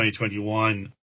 2021